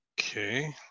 okay